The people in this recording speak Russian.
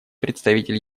представитель